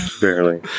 barely